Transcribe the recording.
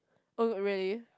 oh really